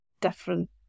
different